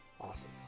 Awesome